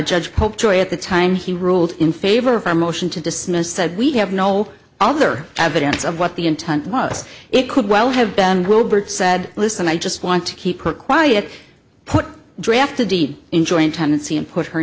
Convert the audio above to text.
judge popejoy at the time he ruled in favor of a motion to dismiss said we have no other evidence of what the intent was it could well have been wilbert said listen i just want to keep her quiet put draft a deed in joint tenancy and put her